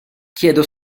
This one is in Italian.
chiedo